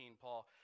Paul